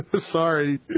Sorry